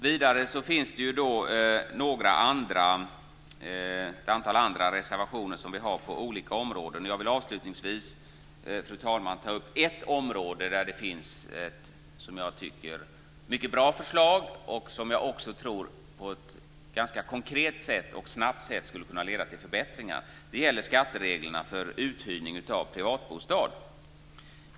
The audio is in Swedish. Vidare har vi ett antal reservationer på olika områden. Jag vill avslutningsvis ta upp ett område där det finns ett mycket bra förslag som på ett konkret och snabbt sätt skulle kunna leda till förbättringar. Det gäller skattereglerna för uthyrning av privatbostad.